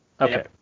Okay